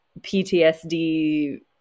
PTSD